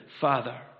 Father